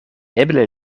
eble